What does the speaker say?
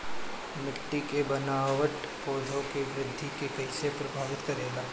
मिट्टी के बनावट पौधों की वृद्धि के कईसे प्रभावित करेला?